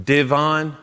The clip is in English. Devon